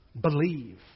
Believe